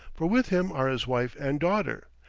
for with him are his wife and daughter.